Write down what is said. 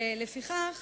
ולפיכך